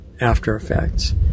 after-effects